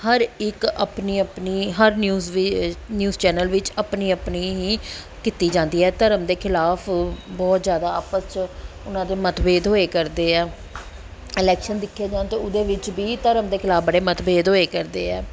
ਹਰ ਇੱਕ ਆਪਣੀ ਆਪਣੀ ਹਰ ਨਿਊਜ਼ ਵੀ ਨਿਊਜ਼ ਚੈਨਲ ਵਿੱਚ ਆਪਣੀ ਆਪਣੀ ਹੀ ਕੀਤੀ ਜਾਂਦੀ ਹੈ ਧਰਮ ਦੇ ਖਿਲਾਫ਼ ਬਹੁਤ ਜ਼ਿਆਦਾ ਆਪਸ 'ਚ ਉਹਨਾਂ ਦੇ ਮਤਭੇਦ ਹੋਏ ਕਰਦੇ ਹੈ ਇਲੈਕਸ਼ਨ ਦੇਖੇ ਜਾਣ ਅਤੇ ਉਹਦੇ ਵਿੱਚ ਵੀ ਧਰਮ ਦੇ ਖਿਲਾਫ਼ ਬੜੇ ਮਤਭੇਦ ਹੋਇਆ ਕਰਦੇ ਹੈ